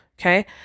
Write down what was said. Okay